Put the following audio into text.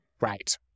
Right